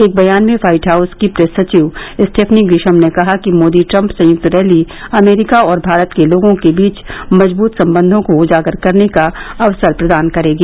एक बयान में व्हाइट हाउस की प्रेस सचिव स्टेफनी ग्रीशम ने कहा कि मोदी ट्रम्प संयुक्त रैली अमरीका और भारत के लोगों के बीच मजबूत संबंधों को उजागर करने का अवसर प्रदान करेगी